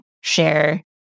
share